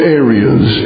areas